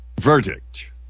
verdict